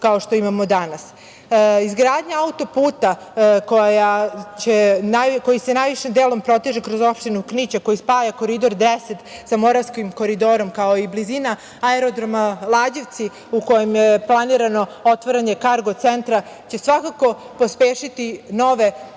kao što imamo danas. Izgradnja autoputa koji se najvećim delom proteže kroz opštinu Kinić, a koji spaja Koridor 10 sa Moravskim koridorom, kao i blizina aerodroma Lađevci u kojem je planirano otvaranje kargo centra, svakako će pospešiti nove